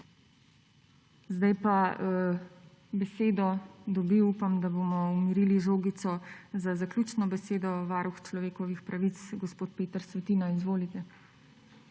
Sedaj pa besedo dobi, upam, da bomo umirili žogico, za zaključno besedo varuh človekovih pravic. Gospod Peter Svetina, izvolite.